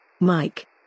Mike